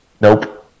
Nope